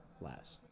last